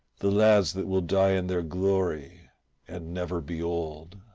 the lads that will die in their glory and never be old.